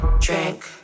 Drink